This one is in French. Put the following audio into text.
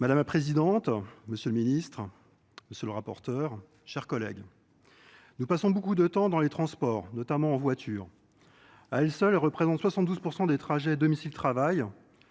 madame la présidente monsieur le ministre monsieur le rapporteur chers collègues nous passons beaucoup de temps dans les transports notamment en voiture à elle seule elle représente soixante douze